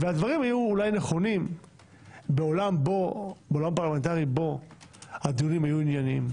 והדברים היו אולי נכונים בעולם פרלמנטרי שבו הדיונים היו ענייניים,